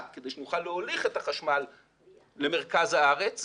כדי שנוכל להוליך את החשמל למרכז הארץ,